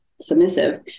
submissive